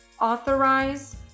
authorize